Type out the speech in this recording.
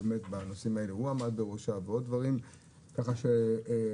אני חושב